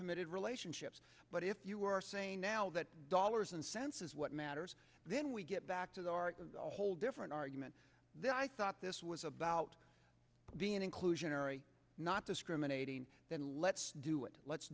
committed relationships but if you are saying now that dollars and cents is what matters then we get back to the whole different argument that i thought this was about being inclusionary not discriminating then let's do it let's